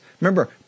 remember